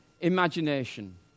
imagination